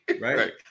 Right